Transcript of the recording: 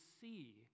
see